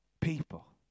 people